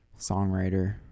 songwriter